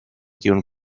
tiun